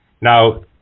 Now